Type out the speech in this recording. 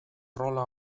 rola